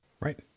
Right